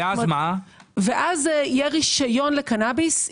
ואז יהיה רשיון לקנאביס.